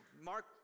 Mark